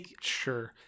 Sure